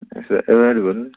سُہ ایٚویلیبٕل حظ